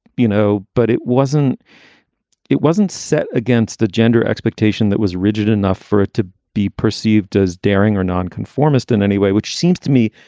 you know. but it wasn't it wasn't set against the gender expectation that was rigid enough for it to be perceived as daring or nonconformist in any way, which seems to me,